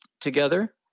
together